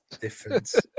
Difference